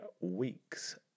weeks